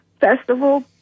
festival